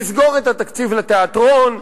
נסגור את התקציב לתיאטרון,